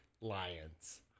Lions